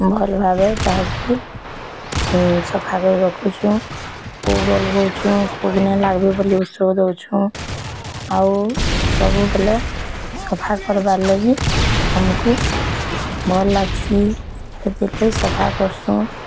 ଭଲ୍ ଭାବେ ତାହାକି ସଫାକରି ରଖୁଛୁଁ ପୋକ୍ ପୋକ୍ ନାଇ ଲାଗବେ ବୋଲି ଉଷ ଦଉଛୁଁ ଆଉ ସବୁବେଲେ ସଫା କର୍ବାର୍ ଲାଗି ଆମକୁ ଭଲ୍ ଲାଗ୍ସି ହେଥିର୍ ଲାଗି ସଫା କର୍ସୁଁ